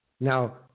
Now